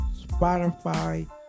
Spotify